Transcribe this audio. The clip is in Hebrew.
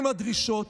אם הדרישות,